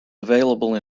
available